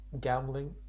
gambling